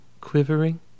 quivering